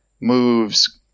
moves